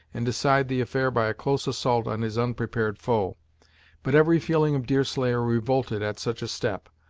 and decide the affair by a close assault on his unprepared foe but every feeling of deerslayer revolted at such a step,